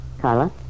Carla